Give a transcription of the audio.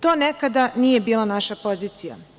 To nekada nije bila naša pozicija.